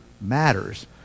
matters